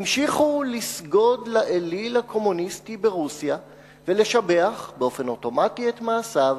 המשיכו לסגוד לאליל הקומוניסטי ברוסיה ולשבח באופן אוטומטי את מעשיו,